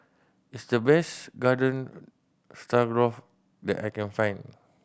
this the best Garden Stroganoff that I can find